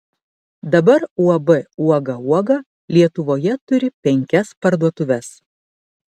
dabar uab uoga uoga lietuvoje turi penkias parduotuves